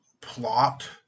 plot